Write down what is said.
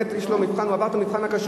באמת יש לו מבחן, הוא עבר את מבחן הכשרות.